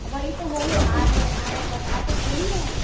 वही तो बोले आ रहे आ रहे बट आते थोड़ी हैं